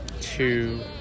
two